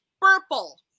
purple